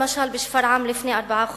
למשל בשפרעם לפני ארבעה חודשים,